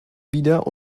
wieder